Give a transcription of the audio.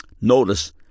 Notice